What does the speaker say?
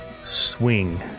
swing